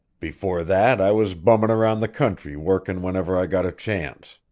before that i was bummin' around the country workin' whenever i got a chance.